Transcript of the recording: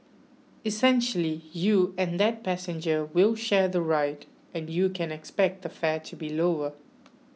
essentially you and that passenger will share the ride and you can expect the fare to be lower